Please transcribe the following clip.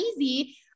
easy